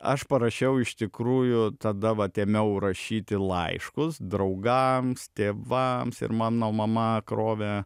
aš parašiau iš tikrųjų tada vat ėmiau rašyti laiškus draugams tėvams ir mano mama krovė